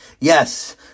Yes